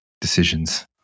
decisions